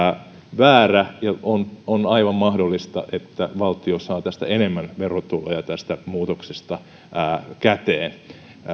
väärä ja on on aivan mahdollista että valtio saa enemmän verotuloja tästä muutoksesta käteen